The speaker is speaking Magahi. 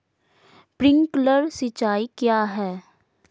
प्रिंक्लर सिंचाई क्या है?